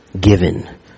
given